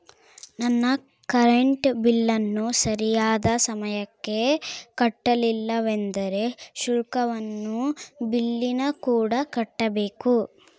ನಾವು ಕರೆಂಟ್ ಬಿಲ್ಲನ್ನು ಸರಿಯಾದ ಸಮಯಕ್ಕೆ ಕಟ್ಟಲಿಲ್ಲವೆಂದರೆ ಶುಲ್ಕವನ್ನು ಬಿಲ್ಲಿನಕೂಡ ಕಟ್ಟಬೇಕು